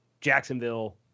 Jacksonville